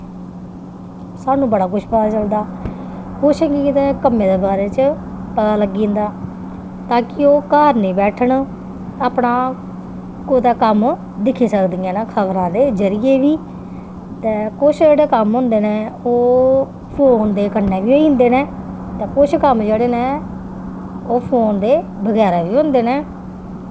सानूं बड़ा कुछ पता चलदा कुछ ते इयां कम्में दे बारे च पता लग्गी जंदा ताकि ओह् घर निं बैठन अपना कुदै कम्म दिक्खी सकदियां न खबरां दे जरिये बी ते कुछ जेह्ड़े कम्म होंदे न ओह् फोन दे कन्नै बी होई जंदे न ते कुछ कम्म जेह्ड़े न ओह् फोन दे बगैरा बी होंदे न